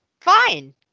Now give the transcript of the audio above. Fine